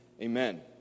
amen